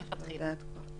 מלכתחילה.